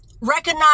recognize